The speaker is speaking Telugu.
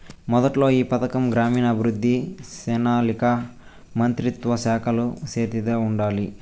మొదట్ల ఈ పథకం గ్రామీణాభవృద్ధి, పెనాలికా మంత్రిత్వ శాఖల సేతిల ఉండాది